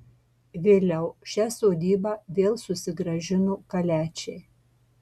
vėliau šią sodybą vėl susigrąžino kaliačiai